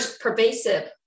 pervasive